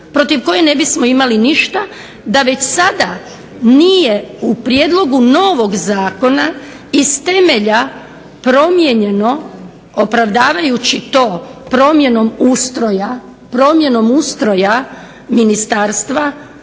protiv koje ne bismo imali ništa da već sada nije u Prijedlogu novog zakona iz temelja promijenjeno opravdavajući to promjenom ustroja ministarstva